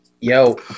Yo